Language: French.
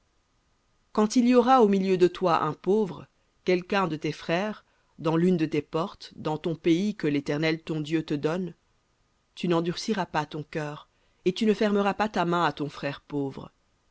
quand il y aura au milieu de toi un pauvre quelqu'un de tes frères dans l'une de tes portes dans ton pays que l'éternel ton dieu te donne tu n'endurciras pas ton cœur et tu ne fermeras pas ta main à ton frère pauvre